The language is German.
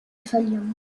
verlieren